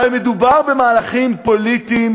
הרי מדובר במהלכים פוליטיים